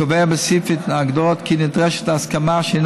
קובע בסעיף ההגדרות כי נדרשת ההסכמה שהיא